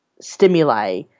stimuli